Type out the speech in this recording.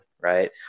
right